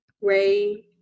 Ray